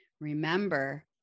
Remember